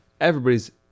Everybody's